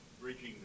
bridging